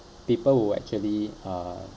people who actually uh